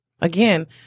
again